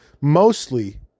mostly